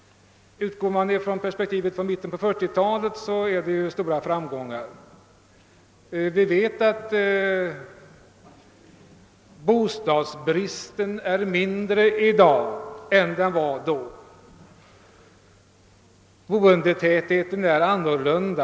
Utgår man från perspektivet från mitten av 1940-talet, kan stora framgångar påvisas. Vi vet att bostadsbristen är mindre i dag än den var då. Boendetätheten är annorlunda.